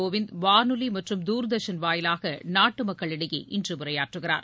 கோவிந்த் வானொலி மற்றும் தூர்தர்ஷன் வாயிலாக நாட்டு மக்களிடையே இன்று உரையாற்றுகிறார்